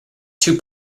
two